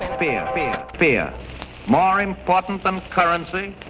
fear fear more important than currency,